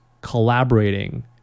collaborating